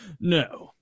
No